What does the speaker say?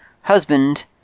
husband